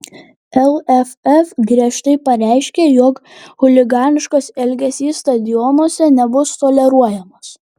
lff griežtai pareiškia jog chuliganiškas elgesys stadionuose nebus toleruojamas